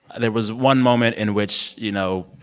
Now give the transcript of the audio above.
there was one moment in which, you know,